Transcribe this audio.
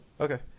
Okay